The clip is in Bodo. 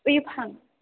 बैयो फां